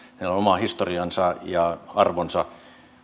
oma historiansa ja arvonsa